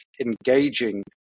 engaging